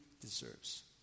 deserves